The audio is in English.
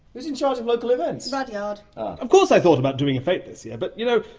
who's in charge of local events? rudyard. ah. of course i thought about doing a fete this year but, you know,